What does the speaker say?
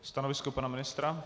Stanovisko pana ministra?